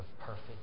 perfect